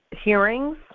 hearings